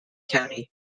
county